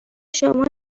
شما